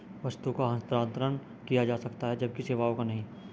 वस्तु का हस्तांतरण किया जा सकता है जबकि सेवाओं का नहीं